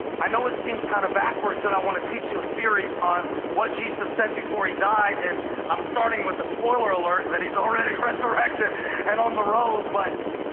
i know it seems kind of backwards that i want to teach you a series on what jesus said before he died and i'm starting with a spoiler alert that he's already resurrected and on the road, but